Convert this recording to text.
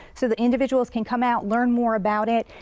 so the individuals can come out, learn more about it,